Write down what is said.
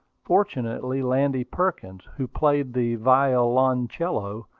fortunately, landy perkins, who played the violoncello,